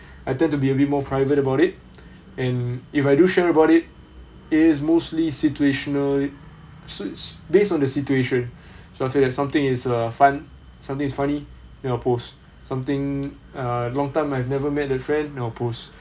I tend to be a bit more private about it and if I do share about it it is mostly situational suits based on the situation so I feel that something is uh fun something is funny then I'll post something uh long time I've never met a friend then I'll post